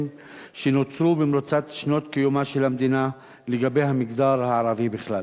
שנותרו במרוצת שנות קיומה של המדינה לגבי המגזר הערבי בכלל.